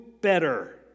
better